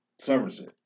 Somerset